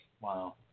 Wow